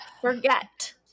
forget